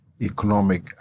economic